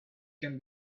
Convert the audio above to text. can